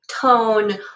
tone